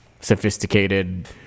sophisticated